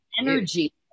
energy